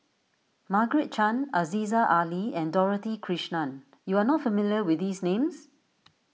Margaret Chan Aziza Ali and Dorothy Krishnan you are not familiar with these names